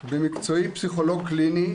במקצועי פסיכולוג קליני,